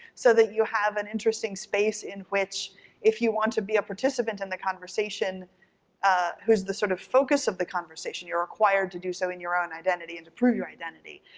so that you have an interesting space in which if you want to be a participant in the conversation who's the sort of focus of the conversation, you're required to do so in your own identity and to prove your identity.